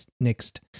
next